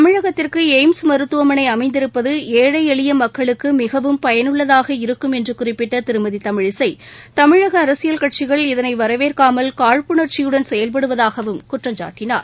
தமிழகத்திற்கு எய்ம்ஸ் மருத்துவமனை அமைந்திருப்பது ஏழை எளிய மக்களுக்கு மிகவும் பயனுள்ளதாக இருக்கும் என்று குறிப்பிட்ட திருமதி தமிழிசை தமிழக அரசியல் கட்சிகள் இதனை வரவேற்காமல் காழ்ப்புணர்ச்சியுடன் செயல்படுவதாகவும் குற்றம் சாட்டினார்